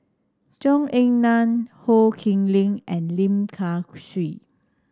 Zhou Ying Nan Ho Khee Lick and Lim Kay Siu